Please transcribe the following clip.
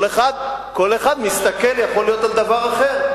כל אחד מסתכל, יכול להיות, על דבר אחר.